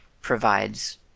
provides